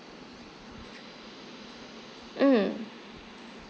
mm